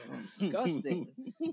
Disgusting